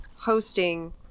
hosting